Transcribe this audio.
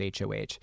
HOH